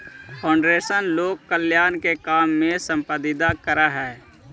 foundation लोक कल्याण के काम के संपादित करऽ हई